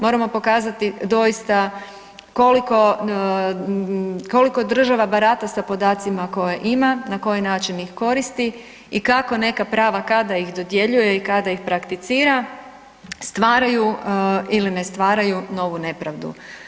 Moramo pokazati doista koliko država barata sa podacima koje ima, na koji način ih koristi i kako neka prava kada ih dodjeljuje i kada ih prakticira stvaraju ili ne stvaraju novu nepravdu.